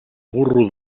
burro